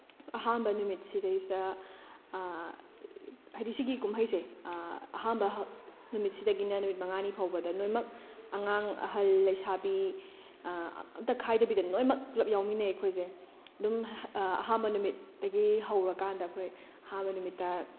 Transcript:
ꯑꯍꯥꯟꯕ ꯅꯨꯃꯤꯠꯁꯤꯗꯩꯁꯤꯗ ꯍꯥꯏꯗꯤ ꯁꯤꯒꯤ ꯀꯨꯝꯍꯩꯁꯦ ꯑꯍꯥꯟꯕ ꯅꯨꯃꯤꯠꯁꯤꯗꯒꯤꯅ ꯅꯨꯃꯤꯠ ꯃꯉꯥꯅꯤ ꯐꯥꯎꯕ ꯂꯣꯏꯅꯃꯛ ꯑꯉꯥꯡ ꯑꯍꯜ ꯂꯩꯁꯥꯕꯤ ꯑꯃꯇꯥ ꯈꯥꯏꯗꯕꯤ ꯂꯣꯏꯅꯃꯛ ꯄꯨꯂꯞ ꯌꯥꯎꯃꯤꯟꯅꯩ ꯑꯩꯈꯣꯏꯁꯦ ꯑꯗꯨꯝ ꯑꯍꯥꯟꯕ ꯅꯨꯃꯤꯠꯇꯥꯒꯤ ꯍꯧꯔꯀꯥꯟꯗ ꯑꯩꯈꯣꯏ ꯑꯍꯥꯟꯕ ꯅꯨꯃꯤꯠꯇ